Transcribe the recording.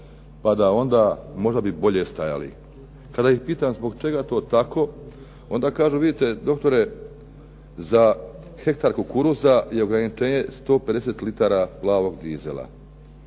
onda bi bolje stajali. Kada ih pitam zbog čega to tako, onda kažu, vidite doktora, hektar kukuruza je ograničenje 150 litara plavog dizela,